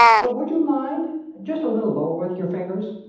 but would you mind just a little lower with your fingers!